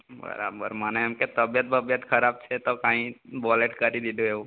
બરાબર મને એમ કે તબિયત બબિયત ખરાબ છે તો કાંઈ બહુ લેટ કરી દીધું એવું